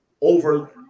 over